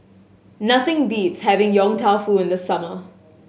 nothing beats having Yong Tau Foo in the summer